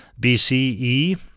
BCE